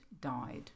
died